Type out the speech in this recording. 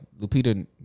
Lupita